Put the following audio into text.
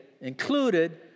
included